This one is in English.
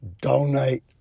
donate